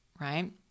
right